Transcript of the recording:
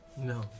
No